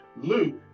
Luke